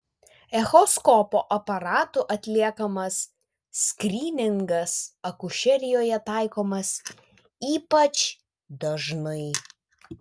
echoskopo aparatu atliekamas skryningas akušerijoje taikomas ypač dažnai